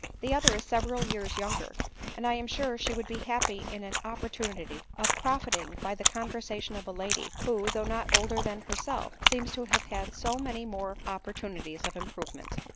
the other is several years younger and i am sure she would be happy in an opportunity of profit ing by the conversation of a lady, who, though not older than herself, seems to have had so many more oppor tunities of improvement.